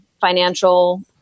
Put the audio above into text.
financial